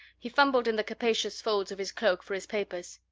he fumbled in the capacious folds of his cloak for his papers.